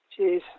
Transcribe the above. jeez